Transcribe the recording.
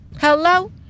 hello